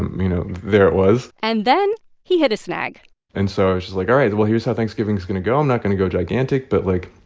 you know, there it was and then he hit a snag and so i was just like, all right. well, here's how thanksgiving's going to go. i'm not going to go gigantic, but, like,